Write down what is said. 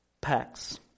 packs